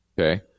okay